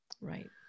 Right